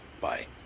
Bye